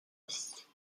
هست